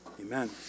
amen